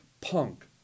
punk